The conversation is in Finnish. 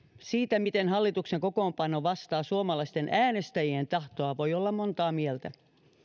siitä miten hallituksen kokoonpano vastaa suomalaisten äänestäjien tahtoa voi olla montaa mieltä